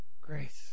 grace